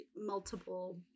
multiple